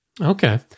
Okay